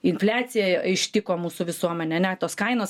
infliacija ištiko mūsų visuomenę ane tos kainos